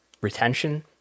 retention